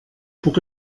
puc